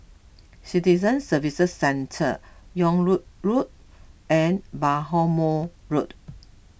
Citizen Services Centre Yung Loh Road and Bhamo Road